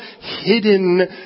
hidden